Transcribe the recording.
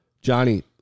Johnny